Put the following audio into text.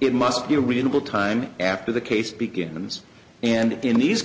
it must be a reasonable time after the case begins and in these